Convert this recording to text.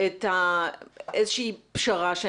איזושהי פשרה?